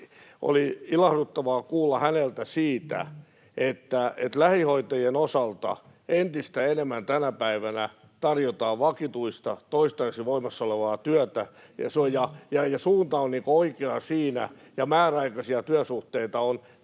oli ilahduttavaa kuulla häneltä siitä, että lähihoitajien osalta entistä enemmän tänä päivänä tarjotaan vakituista, toistaiseksi voimassa olevaa työtä — suunta on oikea siinä — ja määräaikaisia työsuhteita on tällä